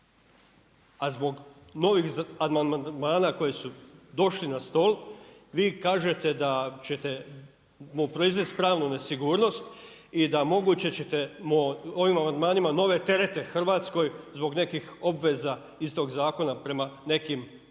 A zbog amandmana koji su došli na stol, vi kažete da ćete mu proizvest pravnu nesigurnost i da moguće ćemo ovim amandmanima nove terete Hrvatskoj zbog nekih obveza iz tog zakona prema nekim